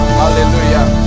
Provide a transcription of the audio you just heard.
hallelujah